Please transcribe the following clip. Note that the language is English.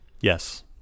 yes